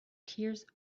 tears